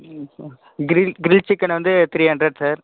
ம் ம் grill grill chicken வந்து த்ரீ ஹண்ட்ரட் சார்